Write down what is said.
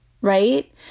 right